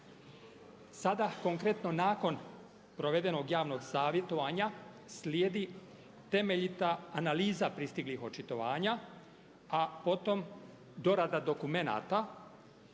Sada konkretno nakon provedenog javnog savjetovanja slijedi temeljita analiza pristiglih očitovanja a potom dorada dokumenata